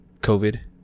COVID